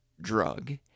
drug